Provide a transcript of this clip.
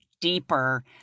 deeper